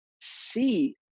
see